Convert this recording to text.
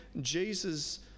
Jesus